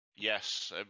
Yes